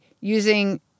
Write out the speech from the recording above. using